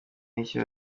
n’icyo